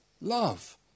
Love